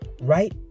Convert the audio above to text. right